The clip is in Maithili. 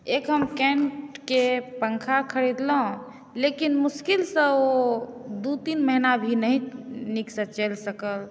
एक हम केन्टके पंखा खरीदलहुँ लेकिन मुश्किलसँ ओ दू तीन महीना भी नहि नीकसँ चलि सकल